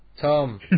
Tom